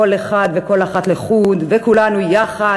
כל אחד וכל אחת לחוד וכולנו יחד,